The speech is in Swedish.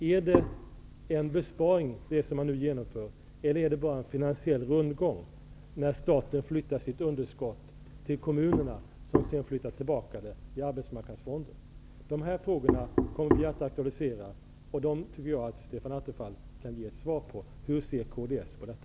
Är det som man nu genomför en besparing, eller är det bara en finansiell rundgång när staten flyttar sitt underskott till kommunerna som sedan flyttar tillbaka det till Arbetsmarknadsfonden? Dessa frågor kommer vi att aktualisera, och jag tycker att Stefan Attefall skall ge svar på dem. Hur ser kds på detta?